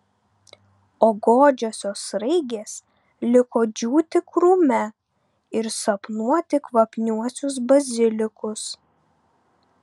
o godžiosios sraigės liko džiūti krūme ir sapnuoti kvapniuosius bazilikus